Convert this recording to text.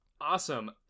Awesome